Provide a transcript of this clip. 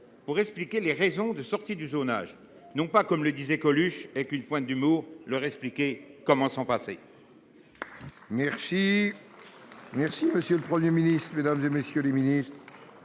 leur expliquer les raisons de la sortie du zonage, et non pas, comme le disait Coluche avec une pointe d’humour, pour leur expliquer comment s’en passer.